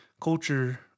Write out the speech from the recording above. Culture